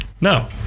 no